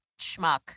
schmuck